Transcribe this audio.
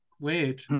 weird